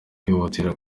kwihutira